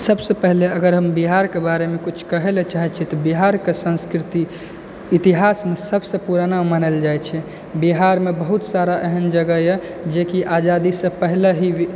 सबसँ पहिले अगर हम बिहारके बारेमे कुछ कहै लए चाहै छी तऽ बिहारके संस्कृति इतिहासमे सबसँ पुराना मानल जाइ छै बिहारमे बहुत सारा एहन जगह यऽ जेकि आजादी सँ पहिले ही